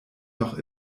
noch